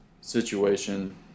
situation